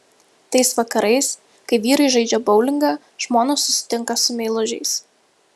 tais vakarais kai vyrai žaidžia boulingą žmonos susitinka su meilužiais